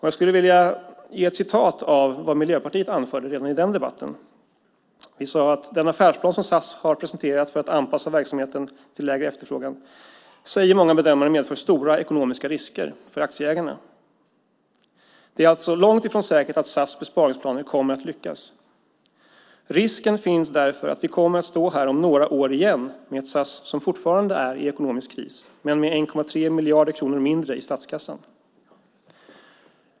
Jag skulle vilja citera vad Miljöpartiet anförde redan i den debatten: "Den affärsplan som SAS har presenterat för att anpassa verksamheten till lägre efterfrågan säger många bedömare medför stora ekonomiska risker för aktieägarna. Det är alltså långtifrån säkert att SAS besparingsplaner kommer att lyckas. Risken finns därför att vi kommer att stå här om några år igen med ett SAS som fortfarande är i ekonomisk kris men med 1,3 miljarder kronor mindre i statskassan."